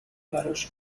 براش